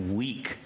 week